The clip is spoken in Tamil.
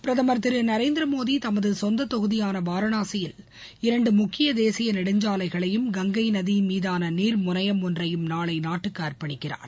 பிரதமர் திரு நரேந்திர மோடி தமது சொந்த தொகுதியான வாரணாசியில் இரண்டு முக்கிய தேசிய நெடுஞ்சாலைகளையும் கங்கை நதி மீதான நீாமுனையம் ஒன்றையும் நாளை நாட்டுக்கு அர்ப்பணிக்கிறார்